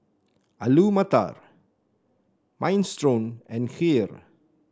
Alu Matar Minestrone and Kheer